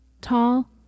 tall